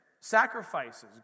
sacrifices